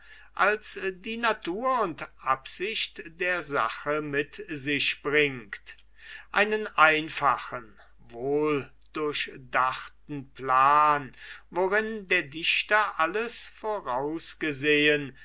als die natur und absicht der sache mit sich bringt einen einfachen wohldurchgedachten plan worin der dichter alles vorausgesehen